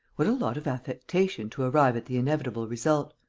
what a lot of affectation to arrive at the inevitable result!